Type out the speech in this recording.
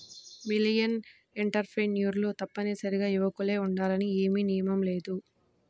millennial ఎంటర్ప్రెన్యూర్లు తప్పనిసరిగా యువకులే ఉండాలని ఏమీ నియమం లేదు